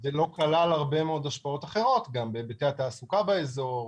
זה לא כלל הרבה מאוד השפעות אחרות גם בהיבטי התעסוקה באזור,